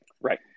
Right